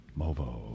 Movo